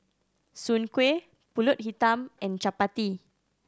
Soon Kuih Pulut Hitam and chappati